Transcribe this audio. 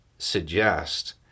suggest